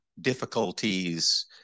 difficulties